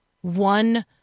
one